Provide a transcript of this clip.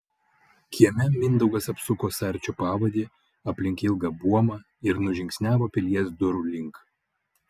kieme mindaugas apsuko sarčio pavadį aplink ilgą buomą ir nužingsniavo pilies durų link